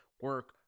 Work